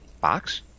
box